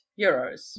euros